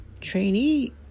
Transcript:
trainee